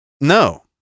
no